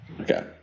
Okay